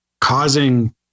causing